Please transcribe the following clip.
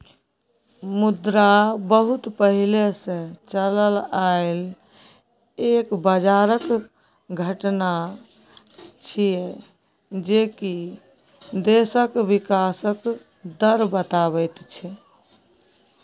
मुद्रा बहुत पहले से चलल आइल एक बजारक घटना छिएय जे की देशक विकासक दर बताबैत छै